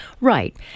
Right